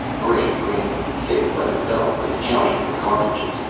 gray-green. thick leather belt with counter and cartridges.